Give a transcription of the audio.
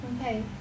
Okay